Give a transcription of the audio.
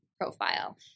profile